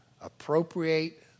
appropriate